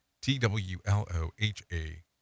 T-W-L-O-H-A